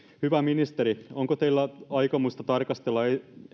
hyvä ministeri onko teillä aikomusta tarkastella